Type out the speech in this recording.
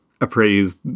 appraised